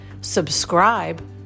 subscribe